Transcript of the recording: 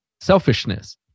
selfishness